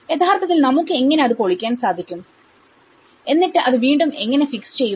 യഥാർത്ഥത്തിൽ നമുക്ക് എങ്ങനെ അത് പൊളിക്കാൻ സാധിക്കും എന്നിട്ട് അത് വീണ്ടും എങ്ങനെ ഫിക്സ് ചെയ്യും